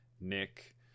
Nick